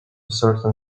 certain